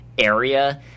Area